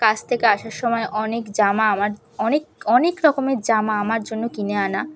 কাজ থেকে আসার সময় অনেক জামা আমার অনেক অনেক রকমের জামা আমার জন্য কিনে আনা